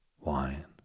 Wine